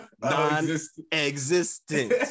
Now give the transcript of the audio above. non-existent